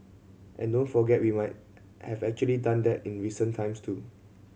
and don't forget we might have actually done that in recent times too